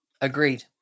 agreed